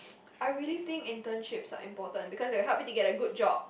I really think internships are important because they help you to get a good job